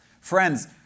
Friends